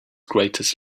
greatest